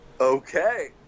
Okay